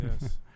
Yes